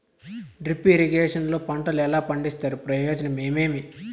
Drip irrigation లో పంటలు ఎలా పండిస్తారు ప్రయోజనం ఏమేమి?